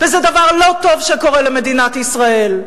וזה דבר לא טוב שקורה למדינת ישראל,